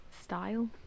style